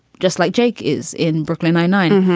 just like jake is in brooklyn nine-nine.